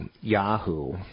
Yahoo